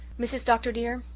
mrs. dr. dear,